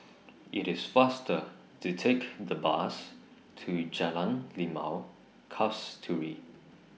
IT IS faster to Take The Bus to Jalan Limau Kasturi